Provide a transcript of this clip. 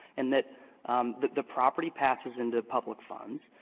and that the the property passes into public funds.